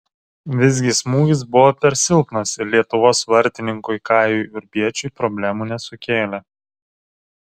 visgi smūgis buvo per silpnas ir lietuvos vartininkui kajui urbiečiui problemų nesukėlė